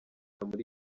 muri